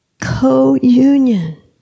co-union